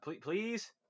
please